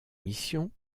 mission